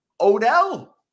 Odell